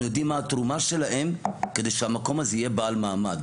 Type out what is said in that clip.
יודעים מה התרומה שלהם כדי שהמקום הזה יהיה בעל מעמד.